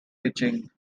pitching